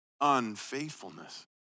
unfaithfulness